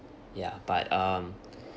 ya but um